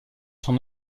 son